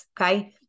okay